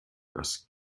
das